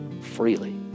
freely